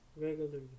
regularly